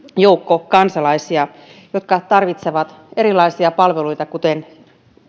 joukko kansalaisia jotka tarvitsevat erilaisia palveluita kuten